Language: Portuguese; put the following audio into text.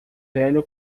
velho